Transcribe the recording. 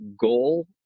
goal